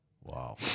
Wow